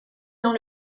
dans